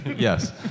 Yes